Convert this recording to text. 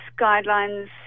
guidelines